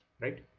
right